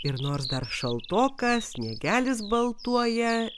ir nors dar šaltoka sniegelis baltuoja